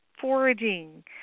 foraging